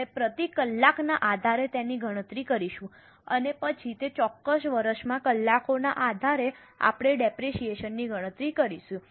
આપણે પ્રતિ કલાકના આધારે તેની ગણતરી કરીશું અને પછી તે ચોક્કસ વર્ષમાં કલાકોના આધારે આપણે ડેપરેશીયેશન ની ગણતરી કરીશું